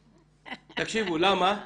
למה?